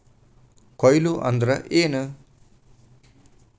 ಕೊಯ್ಲು ಅಂದ್ರ ಏನ್?